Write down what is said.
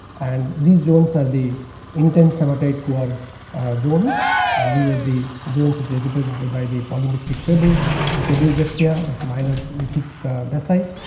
and these zones are the intense hematite quartz ah zones and these are the zones which is represented by the politic pebble to kobo brachia with minor elliptic ah beside.